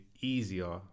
easier